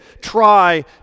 try